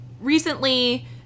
recently